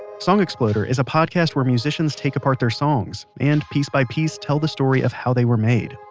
song exploder is a podcast where musicians take apart their songs, and piece by piece, tell the story of how they were made.